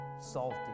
salty